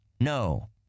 No